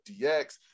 DX